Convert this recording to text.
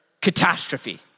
catastrophe